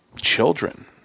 children